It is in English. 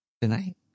tonight